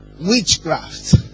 witchcraft